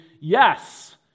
yes